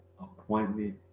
appointment